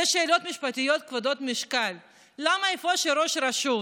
שאלות משפטיות כבדות משקל: למה איפה שראש רשות